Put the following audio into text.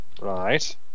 Right